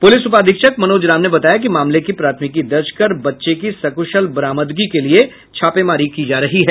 police उपाधीक्षक मनोज राम ने बताया कि मामले की प्राथमिकी दर्ज कर बच्चे की सकुशल बरामदगी के लिये छापेमारी की जा रही है